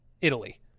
Italy